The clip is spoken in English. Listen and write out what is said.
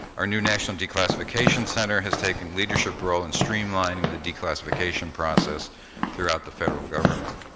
our new national declassification center has taken leadership role in streamlining the declassification process throughout the federal government.